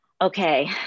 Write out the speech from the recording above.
Okay